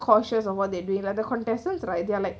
cautious on what they doing and the contestants right they are like